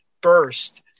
burst